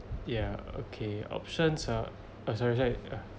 ya okay options are uh sorry sorry